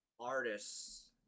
artists